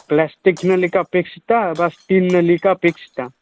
plastic नलिका अपेक्षिता वा स्टील् नलिका अपेक्षिता